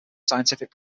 scientific